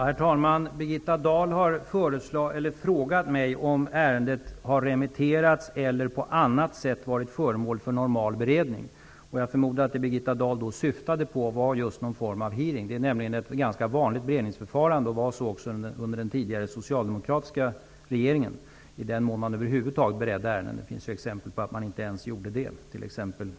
Herr talman! Birgitta Dahl har frågat mig om ärendet har remitterats eller på annat sätt varit föremål för normal beredning. Jag förmodar att Birgitta Dahl då syftar på någon form av hearing. Det är nämligen ett ganska vanligt beredningsförfarande och var så också under den tidigare socialdemokratiska regeringen -- i den mån den över huvud taget beredde ärenden. Det finns ju exempel på att den inte ens gjorde det, t.ex.